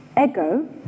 Ego